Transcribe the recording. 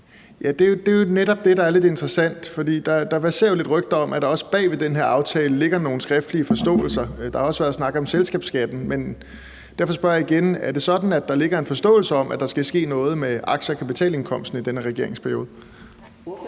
Ja, det er netop det, der er lidt interessant, for der verserer jo nogle rygter om, at der også bag ved den her aftale ligger nogle skriftlige forståelser. Der har også været snak om selskabsskatten. Derfor spørger jeg igen: Er det sådan, at der ligger en forståelse om, at der skal ske noget med aktie- og kapitalindkomsten i den her regeringsperiode?